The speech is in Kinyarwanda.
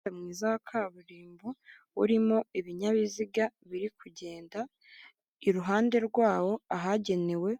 umuhanda mwiza wa kaburimbo urimo ibinyabiziga biri kugenda, iruhande rwawo ahagenewe